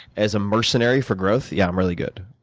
as a mercenary for growth, yeah, i'm really good.